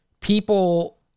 people